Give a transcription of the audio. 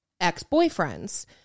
ex-boyfriends